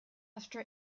after